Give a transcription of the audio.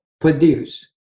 produce